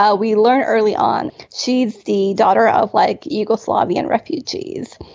ah we learn early on. she's the daughter of like yugoslavian refugees.